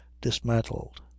dismantled